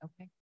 okay